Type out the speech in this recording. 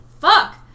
Fuck